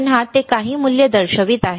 पुन्हा ते काही मूल्य दर्शवित आहे